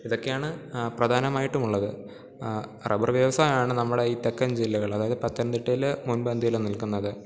ഇതൊക്കെയാണ് പ്രധാനമായിട്ടും ഉള്ളത് റബ്ബറ് വ്യവസായമാണ് നമ്മുടെ ഈ തെക്കൻ ജില്ലകളിൽ പത്തനംതിട്ടയിൽ മുൻപന്തിയിൽ നിൽക്കുന്നത്